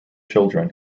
children